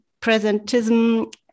presentism